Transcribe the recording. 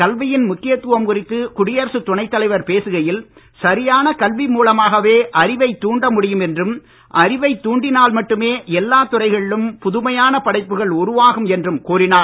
கல்வியின் முக்கியத்துவம் குறித்து குடியரசுத் துணைத் தலைவர் பேசுகையில் சரியான கல்வி மூலமாகவே அறிவைத் தூண்ட முடியும் என்றும் அறிவைத் தூண்டினால் மட்டுமே எல்லாத் துறைகளிலும் புதுமையான படைப்புகள் உருவாகும் என்றும் கூறினார்